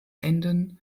enden